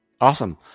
Awesome